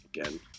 again